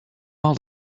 all